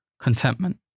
contentment